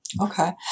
Okay